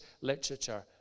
literature